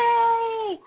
Yay